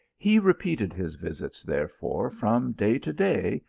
he repeated his visits, therefore, from day to day,